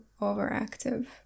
overactive